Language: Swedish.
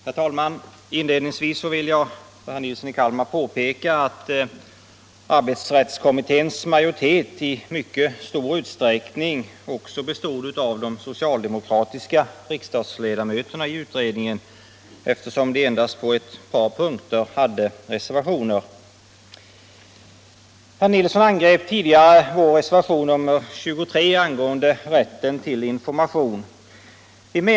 Herr talman! Inledningsvis vill jag för herr Nilsson i Kalmar påpeka att arbetsrättskommitténs majoritet i mycket stor utsträckning också består av de socialdemokratiska riksdagsledamöterna i utredningen, eftersom de endast på ett par punkter avgav reservationer. Herr Nilsson angrep tidigare vår reservation nr 23 angående rätten till information.